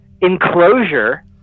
enclosure